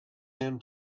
him